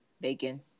Bacon